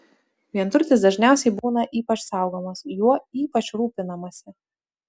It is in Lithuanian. vienturtis dažniausiai būna ypač saugomas juo ypač rūpinamasi